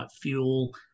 fuel